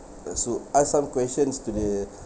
ask who ask some questions to the